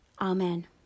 Amen